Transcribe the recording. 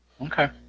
okay